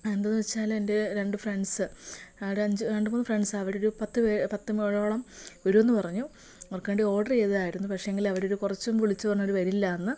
എന്താണെന്ന് വെച്ചാൽ എൻ്റെ രണ്ട് ഫ്രണ്ട്സ് അവരഞ്ച് രണ്ട് മൂന്ന് ഫ്രണ്ട്സ് അവരൊരു പത്ത് പത്ത് പേരോളം വരുമെന്ന് പറഞ്ഞു അവർക്ക് വേണ്ടി ഓർഡർ ചെയ്തതായിരുന്നു പക്ഷെ എങ്കിൽ അവരൊരു കുറച്ച് മുമ്പ് വിളിച്ച് പറഞ്ഞു അവർ വരില്ലായെന്ന്